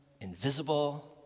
invisible